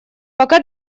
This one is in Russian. пока